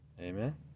Amen